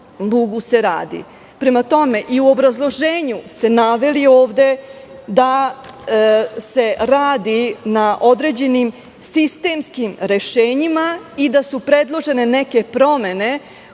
dugu se radi. Prema tome, i u obrazloženju ste naveli ovde da se radi na određenim sistemskim rešenjima i da su predložene neke promene u smislu